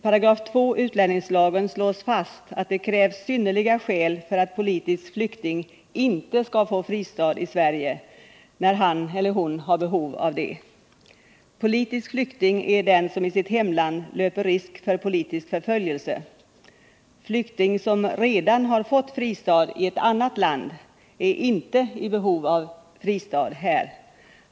I 2§ utlänningslagen slås fast att det krävs synnerliga skäl för att politisk flykting inte skall få fristad i Sverige, när han eller hon har behov av det. Politisk flykting är den som i sitt hemland löper risk för politisk förföljelse. Flykting som redan har fått fristad i annat land är inte i behov av fristad här.